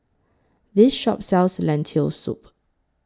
This Shop sells Lentil Soup